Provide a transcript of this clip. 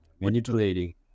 manipulating